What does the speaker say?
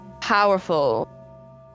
powerful